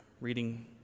reading